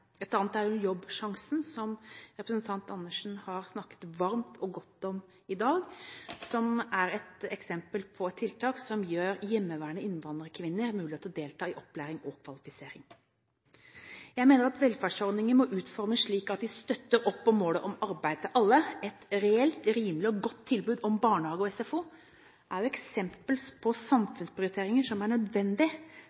Et annet er Jobbsjansen, som representanten Andersen har snakket varmt og godt om i dag, som er et eksempel på tiltak som gir hjemmeværende innvandrerkvinner mulighet til å delta i opplæring og kvalifisering. Jeg mener at velferdsordninger må utformes slik at de støtter opp om målet om arbeid til alle. Et reelt, rimelig og godt tilbud om barnehage og SFO er eksempler på